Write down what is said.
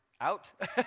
out